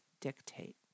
dictate